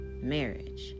marriage